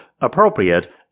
appropriate